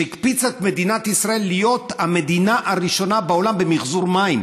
שהקפיץ את מדינת ישראל להיות המדינה הראשונה בעולם במִחזוּר מים.